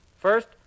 First